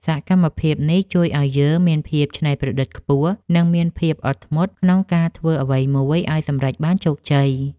សកម្មភាពនេះជួយឱ្យយើងមានភាពច្នៃប្រឌិតខ្ពស់ និងមានភាពអត់ធ្មត់ក្នុងការធ្វើអ្វីមួយឱ្យសម្រេចបានជោគជ័យ។